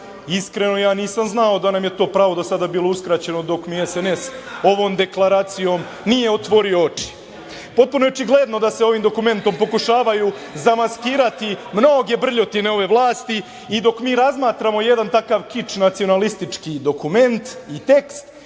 Iskreno, ja nisam znao da nam je to pravo do sada bilo uskraćeno dok mi SNS ovom deklaracijom nije otvorio oči. Potpuno je očigledno da se ovim dokumentom pokušavaju zamaskirati mnoge brljotine ove vlasti. Dok mi razmatramo jedan takav kič nacionalistički dokument i tekst,